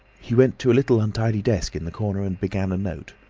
he went to a little untidy desk in the corner, and began a note.